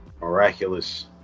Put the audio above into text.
miraculous